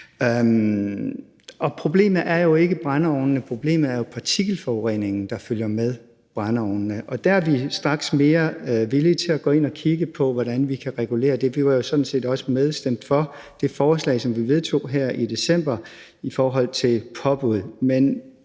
Problemet er jo ikke brændeovnene, problemet er partikelforureningen, der følger med brændeovnene. Der er vi straks mere villige til at gå ind og kigge på, hvordan vi kan regulere det. Vi var sådan set også med på og stemte for det forslag, som vi vedtog her i december, om et påbud.